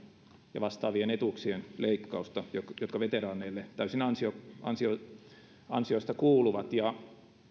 ja vastaavien etuuksien leikkausta jotka veteraaneille täysin ansiosta ansiosta kuuluvat ja